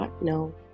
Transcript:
no